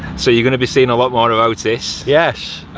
so you're going to be seeing a lot more of otis yes.